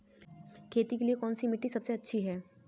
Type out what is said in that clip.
खेती के लिए कौन सी मिट्टी सबसे अच्छी है?